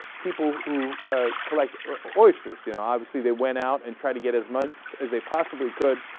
people who collect or assertion you know obviously they went out and try to get as much as they possibly could